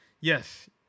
Yes